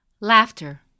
Laughter